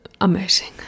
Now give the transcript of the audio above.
amazing